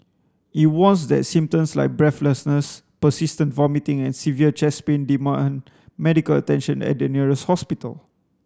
it warns that symptoms like breathlessness persistent vomiting and severe chest pain demand medical attention at the nearest hospital